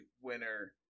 winner